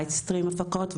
לייט-סטרים הפקות,